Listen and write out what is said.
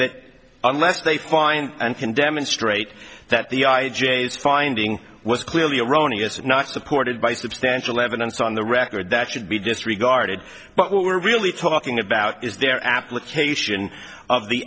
that unless they find and can demonstrate that the i j a finding was clearly erroneous and not supported by substantial evidence on the record that should be disregarded but what we're really talking about is their application of the